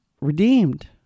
redeemed